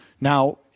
Now